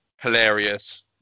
hilarious